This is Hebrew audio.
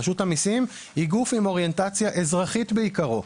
רשות המיסים היא גוף עם אוריינטציה אזרחית בעיקרו.